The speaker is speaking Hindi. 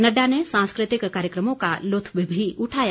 नड़डा ने सांस्कृतिक कार्यक्रमों का लुत्फ भी उठाया